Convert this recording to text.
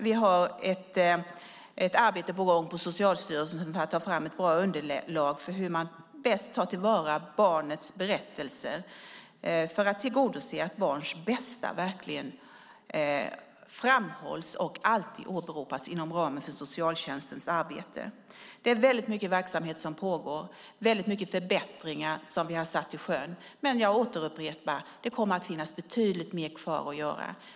Vi har också ett arbete på gång på Socialstyrelsen för att ta fram ett bra underlag för hur man bäst tar till vara barnets berättelser för att tillgodose att barns bästa verkligen framhålls och alltid åberopas inom ramen för socialtjänstens arbete. Det är väldigt mycket verksamhet som pågår. Det är många förbättringar som vi har satt i sjön. Men jag upprepar att det kommer att finnas betydligt mer kvar att göra.